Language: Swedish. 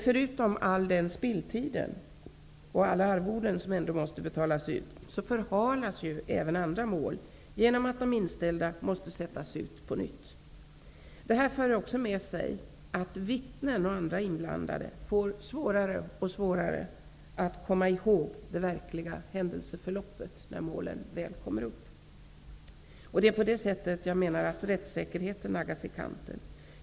Förutom all spilltid och alla arvoden som ändå måste betalas ut, förhalas ju även andra mål genom att de inställda målen måste utsättas på nytt. Det här för också med sig att vittnen och andra inblandade får det allt svårare att komma ihåg det verkliga händelseförloppet, när målen väl kommer upp. På det här sättet naggas rättssäkerheten i kanten.